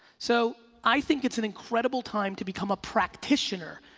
so i think it's an incredible time to become a practitioner.